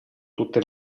tutte